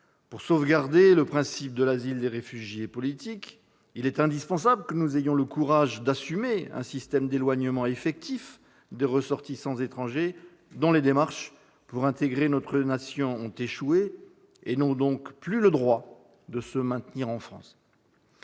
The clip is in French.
Pour sauvegarder le principe de l'asile des réfugiés politiques, il est indispensable que nous ayons le courage d'assumer un système d'éloignement effectif des ressortissants étrangers dont les démarches pour intégrer notre nation ont échoué et qui n'ont donc plus le droit de se maintenir en France.